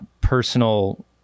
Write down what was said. personal